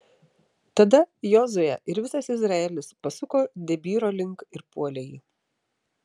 tada jozuė ir visas izraelis pasuko debyro link ir puolė jį